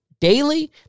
daily